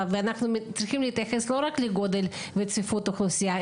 אנחנו צריכים להתייחס לא רק לגודל וצפיפות אוכלוסייה,